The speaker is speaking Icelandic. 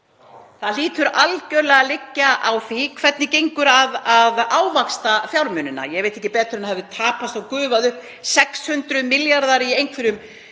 Það hlýtur algerlega að liggja í því hvernig gengur að ávaxta fjármunina. Ég veit ekki betur en að það hafi tapast og gufað upp 600 milljarðar í einhverju